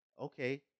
okay